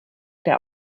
der